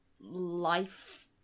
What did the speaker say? life